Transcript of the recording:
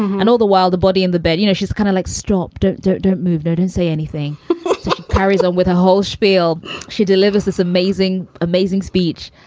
and all the while, the body in the bed, you know, she's kind of like, stop, don't, don't, don't move. no, don't say anything. she carries on with her whole spiel. she delivers this amazing, amazing speech.